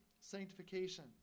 sanctification